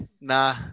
nah